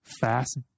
Fast